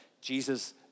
Jesus